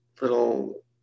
little